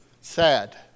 Sad